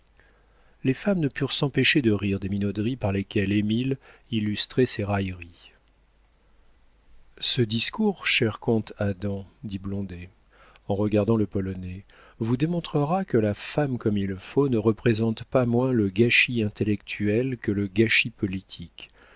les femmes ne purent s'empêcher de rire des minauderies par lesquelles émile illustrait ses railleries ce discours cher comte adam dit blondet en regardant le polonais vous démontrera que la femme comme il faut ne représente pas moins le gâchis intellectuel que le gâchis politique